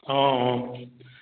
অঁ অঁ